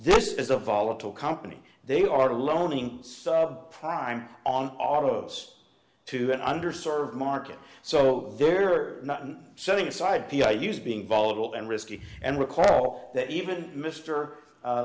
this is a volatile company they are loaning sub prime on autos to an under served market so they're not selling side p i used being volatile and risky and recall that even mr